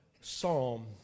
Psalm